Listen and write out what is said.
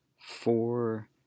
four